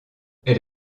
elle